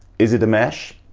is it a mesh?